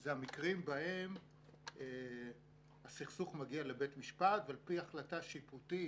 אלה המקרים בהם הסכסוך מגיע לבית משפט ועל פי החלטה שיפוטית